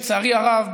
לצערי הרב,